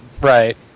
right